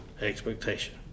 expectation